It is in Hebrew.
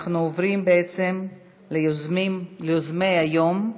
אנחנו עוברים בעצם ליוזמי היום.